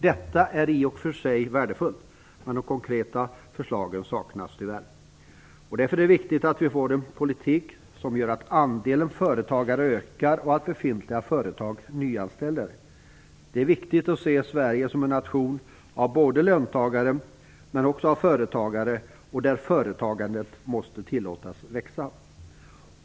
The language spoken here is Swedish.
Detta är i och för sig värdefullt, men de konkreta förslagen saknas tyvärr. Därför är det viktigt att vi får en politik som medför att andelen företagare ökar och att befintliga företag nyanställer. Det är viktigt att se Sverige som en nation av löntagare men också av företagare, där företagandet måste tillåtas växa.